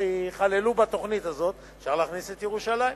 שייכללו בתוכנית הזאת, ואפשר להכניס את ירושלים.